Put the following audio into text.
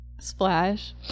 Splash